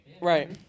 right